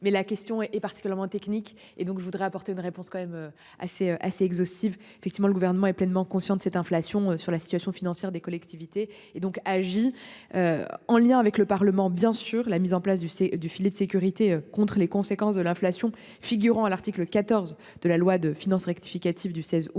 Mais la question est, est particulièrement technique et donc je voudrais apporter une réponse quand même assez assez exhaustive. Effectivement, le gouvernement est pleinement conscient de cette inflation sur la situation financière des collectivités et donc agi. En lien avec le Parlement bien sûr la mise en place du c'est du filet de sécurité contre les conséquences de l'inflation figurant à l'article 14 de la loi de finances rectificative du 16 août